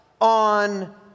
on